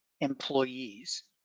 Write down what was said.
employees